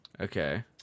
Okay